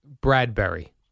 Bradbury